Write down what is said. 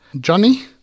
Johnny